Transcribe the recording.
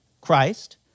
Christ